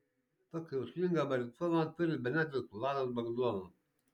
tokį jausmingą baritoną turi bene tik vladas bagdonas